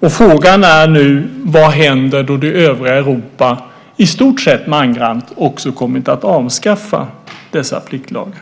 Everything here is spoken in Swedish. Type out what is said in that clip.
Frågan är nu vad som händer när det övriga Europa i stort sett mangrant också kommit att avskaffa dessa pliktlagar.